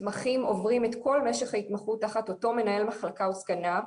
מתמחים עוברים את כל משך ההתמחות תחת אותו מנהל מחלקה וסגניו,